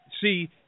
see